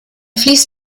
fließt